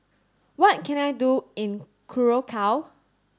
what can I do in Curacao